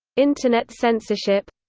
internet censorship